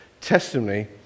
testimony